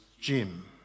Jim